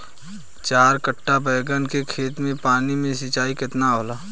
चार कट्ठा बैंगन के खेत में पानी के सिंचाई केतना होला?